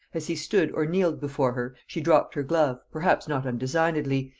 as he stood or kneeled before her, she dropped her glove, perhaps not undesignedly,